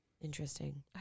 Interesting